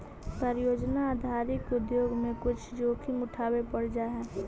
परियोजना आधारित उद्योग में कुछ जोखिम उठावे पड़ जा हई